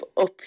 up